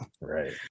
right